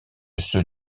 ceux